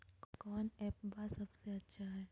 कौन एप्पबा सबसे अच्छा हय?